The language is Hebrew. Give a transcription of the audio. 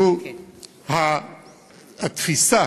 התפיסה